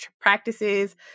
practices